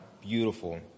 beautiful